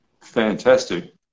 Fantastic